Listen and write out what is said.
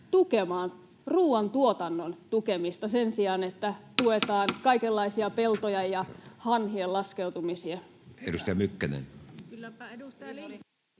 ruuantuotannon tukemista sen sijaan, että tuetaan kaikenlaisia peltoja ja hanhien laskeutumisia. Edustaja Mykkänen.